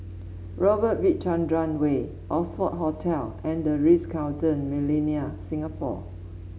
Robert V Chandran Way Oxford Hotel and The Ritz Carlton Millenia Singapore